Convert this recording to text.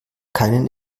keinen